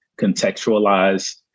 contextualize